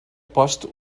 post